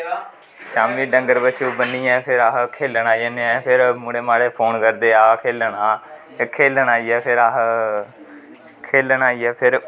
शामीं डंगर बच्छु बनी ऐ फिर अस खैलन आई जन्ने होन्ने फिर मुड़े माडे फोन करदे आ खैलन आं खैलन खैलन आई जाचे फिर अस खैलन आई गे फिर